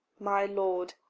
my lord,